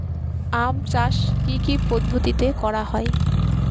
আম চাষ কি কি পদ্ধতিতে করা হয়?